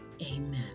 Amen